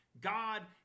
God